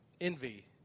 envy